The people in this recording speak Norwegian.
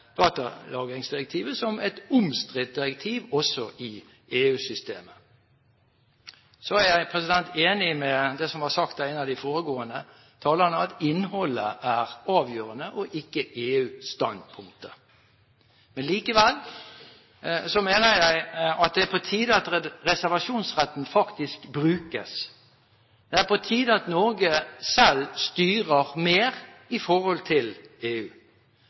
datalagringsdirektivet som et omstridt direktiv også i EU-systemet. Så er jeg enig i det som ble sagt av en de foregående talerne: Innholdet er avgjørende, ikke EU-standpunktet. Likevel mener jeg at det er på tide at reservasjonsretten faktisk brukes. Det er på tide at Norge selv styrer mer i forhold til EU.